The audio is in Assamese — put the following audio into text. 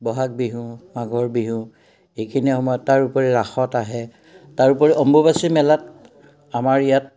বহাগ বিহু মাঘৰ বিহু এইখিনি সময়ত তাৰ উপৰি ৰাসত আহে তাৰপৰি অম্বুবাচী মেলাত আমাৰ ইয়াত